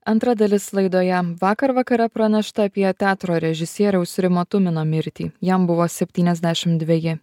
antra dalis laidoje vakar vakare pranešta apie teatro režisieriaus rimo tumino mirtį jam buvo septyniasdešimt dveji